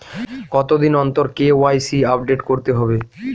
কতদিন অন্তর KYC update করতে হবে?